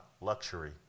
luxury